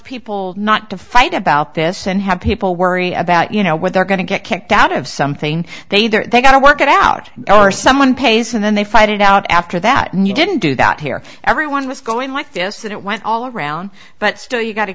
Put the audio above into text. people not to fight about this and have people worry about you know what they're going to get kicked out of something they either they've got to work it out or someone pays and then they fight it out after that and you didn't do that here everyone was going like this and it went all around but still you got a